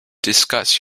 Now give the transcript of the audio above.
discuss